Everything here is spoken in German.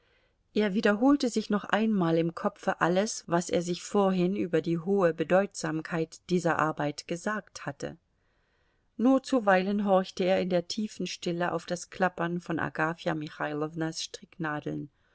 er wiederholte sich noch einmal im kopfe alles was er sich vorhin über die hohe bedeutsamkeit dieser arbeit gesagt hatte nur zuweilen horchte er in der tiefen stille auf das klappern von agafja michailownas stricknadeln